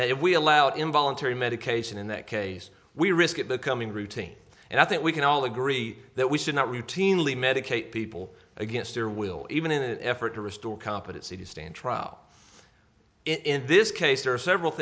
that if we allow involuntary medication in that case we risk it becoming routine and i think we can all agree that we should not routinely medicate people against their will even in an effort to restore competency to stand trial in this case there are several